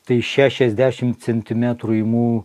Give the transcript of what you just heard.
tai šešiasdešimt centimetrų imu